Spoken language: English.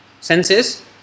senses